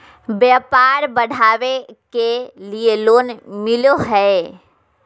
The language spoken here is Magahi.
व्यापार बढ़ावे के लिए लोन मिलो है?